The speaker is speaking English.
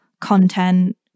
content